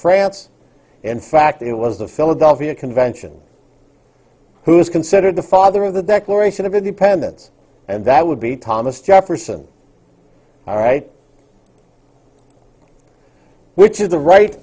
france in fact it was the philadelphia convention who is considered the father of the declaration of independence and that would be thomas jefferson all right which is the right